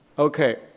Okay